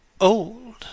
old